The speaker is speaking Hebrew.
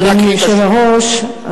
אדוני היושב-ראש,